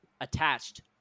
attached